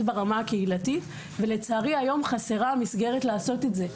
ברמה הקהילתית ולצערי היום חסרה המסגרת לעשות את זה.